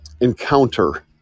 encounter